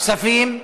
הכספים.